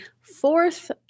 fourth